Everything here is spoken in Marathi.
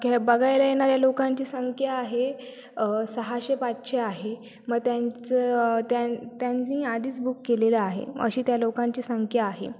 खेळ बघायला येणाऱ्या लोकांची संख्या आहे सहाशे पाचशे आहे मग त्यांचं त्या त्यांनी आधीच बुक केलेलं आहे अशी त्या लोकांची संख्या आहे